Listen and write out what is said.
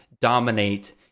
dominate